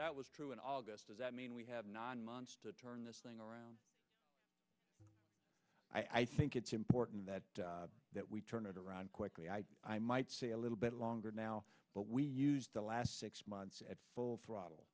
that was true in august does that mean we have nine months to turn this thing around i think it's important that that we turn it around quickly i might say a little bit longer now but we used the last six months at full throttle